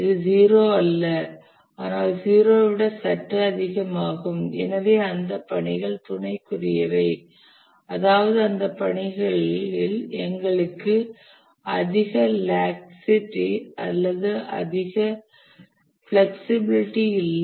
இது 0 அல்ல ஆனால் 0 ஐ விட சற்று அதிகமாகும் எனவே அந்த பணிகள் துணைக்குரியவை அதாவது அந்த பணிகளில் எங்களுக்கு அதிக லாக்ஸ்சிட்டி அல்லது அதிக பிளக்சிபிளிட்டி இல்லை